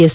S